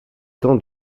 temps